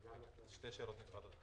אלה שתי שאלות נפרדות.